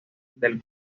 del